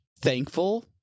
thankful